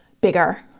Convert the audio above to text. bigger